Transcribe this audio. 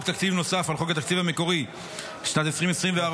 תקציב נוסף על חוק התקציב המקורי של שנת 2024,